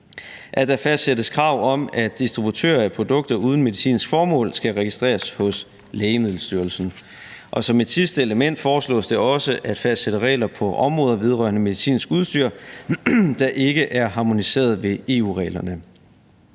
der fastsættes krav om, at distributører af produkter uden medicinsk formål skal registreres hos Lægemiddelstyrelsen. Og som et sidste element foreslås det også at fastsætte regler på området vedrørende medicinsk udstyr, der ikke er harmoniseret ved EU-reglerne.